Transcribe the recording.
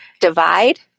divide